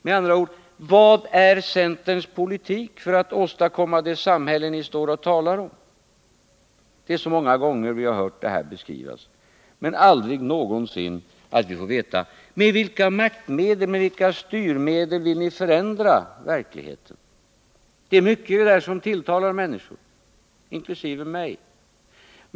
Med andra ord: Vilken är centerns politik för att åstadkomma det samhälle som ni talar om? Vi har hört det här beskrivas så många gånger, men vi har aldrig någonsin fått veta med vilka maktoch styrmedel ni vill förändra verkligheten. Det är mycket i det ni säger som tilltalar människor, inkl. mig.